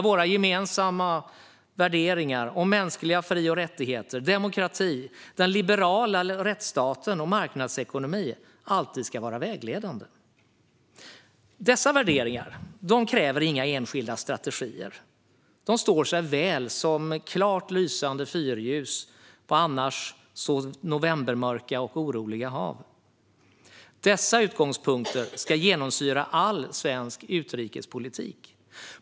Våra gemensamma värderingar om mänskliga fri och rättigheter, demokrati, den liberala rättsstaten och marknadsekonomi ska alltid vara vägledande. Dessa värderingar kräver inga enskilda strategier. De står sig väl som klart lysande fyrljus på annars novembermörka och oroliga hav. Dessa utgångspunkter ska genomsyra all svensk utrikespolitik.